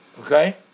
Okay